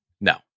No